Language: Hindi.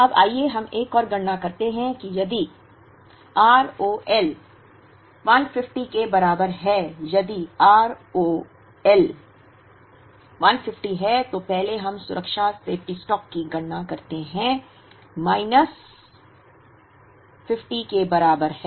अब आइए हम एक और गणना करते हैं यदि आर ओ एल 150 के बराबर है यदि आर ओ एल150 है तो पहले हम सुरक्षा सेफ्टी स्टॉक की गणना करते हैं माइनस 50 के बराबर है